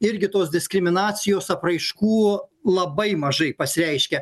irgi tos diskriminacijos apraiškų labai mažai pasireiškia